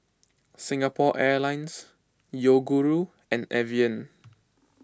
Singapore Airlines Yoguru and Evian